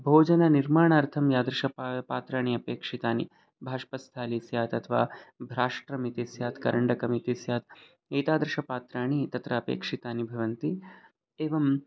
भोजननिर्माणार्थं यादृशं पा पात्राणि अपेक्षितानि बाष्पस्थाली स्यात् अथवा भ्राष्ट्रमिति स्यात् करण्डकमिति स्यात् एतादृशपात्राणि तत्र अपेक्षितानि भवन्ति एवम्